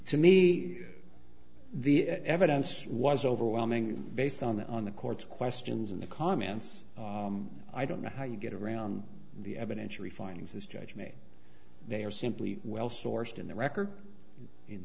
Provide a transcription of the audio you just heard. to me the evidence was overwhelming based on the on the court's questions and the comments i don't know how you get around the evidence reforms as judge me they are simply well sourced in the record in